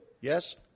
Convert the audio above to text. Yes